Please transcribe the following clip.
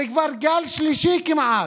זה כבר גל שלישי כמעט.